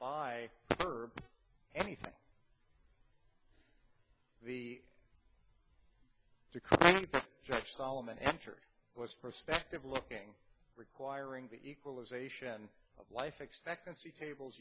buy her anything the to judge solomon answer was perspective looking requiring the equalization of life expectancy tables